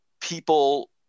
people